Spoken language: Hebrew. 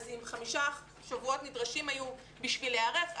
אם חמישה שבועות היו נדרשים כדי להיערך,